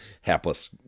Hapless